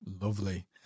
lovely